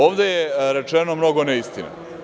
Ovde je rečeno mnogo neistina.